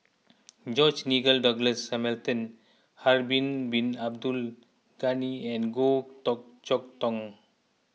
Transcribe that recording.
George Nigel Douglas Hamilton Harun Bin Abdul Ghani and Goh Chok Tong